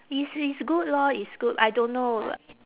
it's it's good lor it's good I don't know